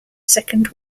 second